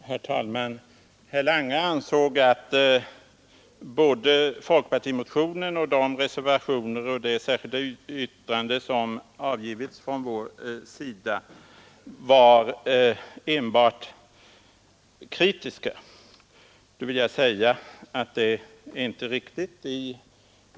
Herr talman! Herr Lange ansåg att såväl folkpartimotionen som den reservation och det särskilda yttrande som vi avgivit var enbart kritiska. Det är inte riktigt.